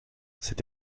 c’est